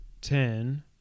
ten